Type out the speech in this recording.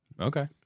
Okay